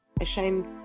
ashamed